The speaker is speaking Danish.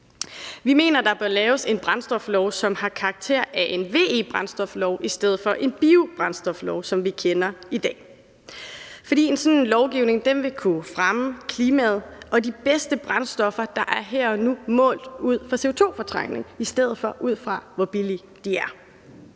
Vi mener, der bør laves en brændstoflov, som har karakter af en VE-brændstoflov i stedet for en biobrændstoflov, som vi kender i dag. En sådan lovgivning vil kunne fremme klimaet og de bedste brændstoffer, der findes her og nu, målt ud fra CO2-fortrængning i stedet for ud fra, hvor billige de er.